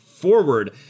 forward